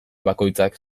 bakoitzak